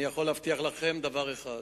אני יכול להבטיח לכם דבר אחד: